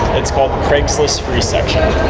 it's called craigslist free section.